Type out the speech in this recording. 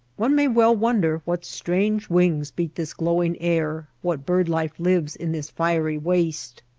one may well wonder what strange wings beat this glowing air, what bird-life lives in this fiery waste!